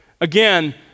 Again